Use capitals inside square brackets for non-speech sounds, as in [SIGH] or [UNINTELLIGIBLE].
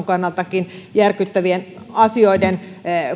[UNINTELLIGIBLE] kannalta järkyttävien asioiden